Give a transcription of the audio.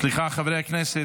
סליחה, חברי הכנסת.